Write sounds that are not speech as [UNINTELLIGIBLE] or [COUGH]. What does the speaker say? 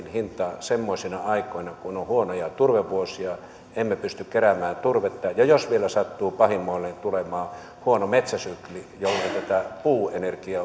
[UNINTELLIGIBLE] hintaa semmoisina aikoina kun on huonoja turvevuosia ja emme pysty keräämään turvetta ja jos vielä sattuu pahimmoilleen tulemaan huono metsäsykli jolloin tätä puuenergiaa [UNINTELLIGIBLE]